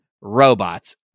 robots